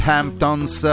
Hamptons